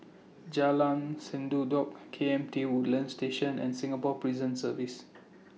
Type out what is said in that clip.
Jalan Sendudok K M T Woodlands Station and Singapore Prison Service